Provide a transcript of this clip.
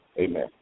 amen